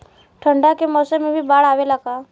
ठंडा के मौसम में भी बाढ़ आवेला का?